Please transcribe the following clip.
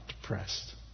depressed